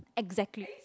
exactly